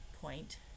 point